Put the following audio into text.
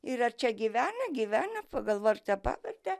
ir ar čia gyvena gyvena pagal vardą pavardę